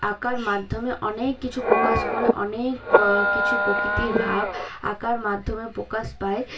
আঁকার মাধ্যমে অনেক কিছু প্রকাশ করে অনেক কিছু প্রকৃতির ভাব আঁকার মাধ্যমে প্রকাশ পায়